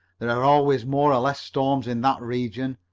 there are always more or less storms in that region,